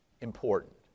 important